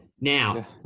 Now